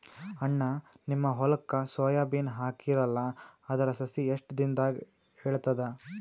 ಅಣ್ಣಾ, ನಿಮ್ಮ ಹೊಲಕ್ಕ ಸೋಯ ಬೀನ ಹಾಕೀರಲಾ, ಅದರ ಸಸಿ ಎಷ್ಟ ದಿಂದಾಗ ಏಳತದ?